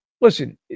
listen